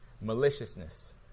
maliciousness